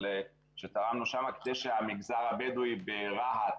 אבל תרמנו שם כדי שהמגזר הבדואי ברהט